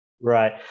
right